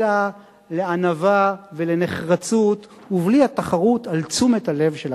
אלא לענווה ולנחרצות ובלי התחרות על תשומת הלב של הקהל.